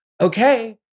okay